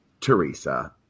Teresa